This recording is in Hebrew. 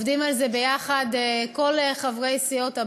עובדים על זה ביחד כל חברי סיעות הבית,